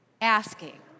asking